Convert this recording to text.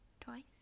twice